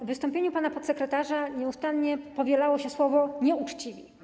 W wystąpieniu pana podsekretarza nieustannie powielało się słowo „nieuczciwi”